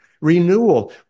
renewal